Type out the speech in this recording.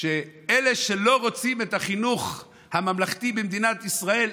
שאלה שלא רוצים את החינוך הממלכתי במדינת ישראל,